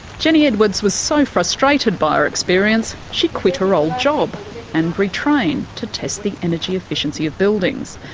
jenny edwards was so frustrated by her experience, she quit her old job and retrained to test the energy efficiency of buildings.